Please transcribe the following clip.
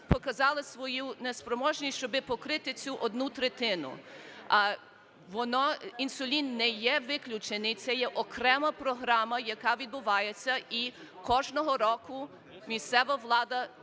показали свою неспроможність, щоби покрити цю одну третину. Воно, інсулін не є виключений, це є окрема програма, яка відбувається. І кожного року місцева влада